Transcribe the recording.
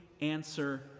answer